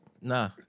nah